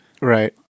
Right